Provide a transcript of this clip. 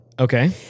Okay